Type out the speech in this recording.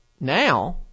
Now